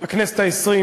בכנסת העשרים.